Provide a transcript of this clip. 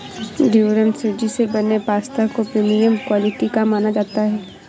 durum सूजी से बने पास्ता को प्रीमियम क्वालिटी का माना जाता है